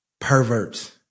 perverts